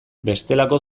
bestelako